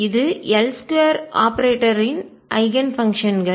இது L 2 ஆபரேட்டரின் icon பங்ஷன்கள்